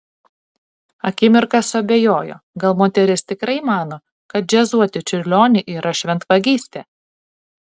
akimirką suabejojo gal moteris tikrai mano kad džiazuoti čiurlionį yra šventvagystė